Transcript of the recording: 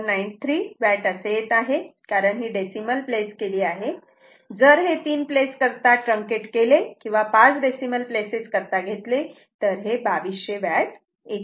793 watt असे येत आहे कारण ही डेसिमल प्लेस केली आहे जर हे तीन प्लेस करता ट्रँकेत केले किंवा पाच डेसिमल प्लेसेस करता घेतली तर 2200 वॅट येते